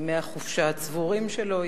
ימי החופשה הצבורים שלו,